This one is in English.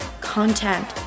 content